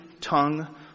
tongue